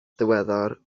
ddiweddar